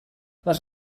les